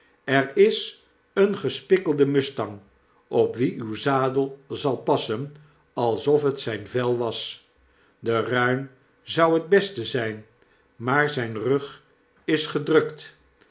er is een gespikkelde mustang op wien uw zadel zal passen alsof t zyn vel was de ruin zou het beste zijn maar zijn rug is gedrukt